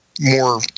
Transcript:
more